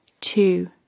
Two